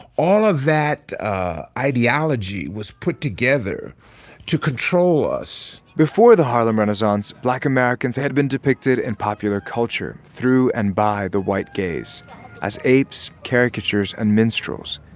all of that ideology was put together to control us before the harlem renaissance, black americans had been depicted in and popular culture through and by the white gaze as apes, caricatures and minstrels.